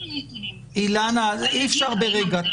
אילנה, אי אפשר ברגע.